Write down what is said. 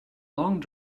long